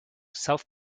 self